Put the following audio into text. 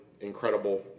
incredible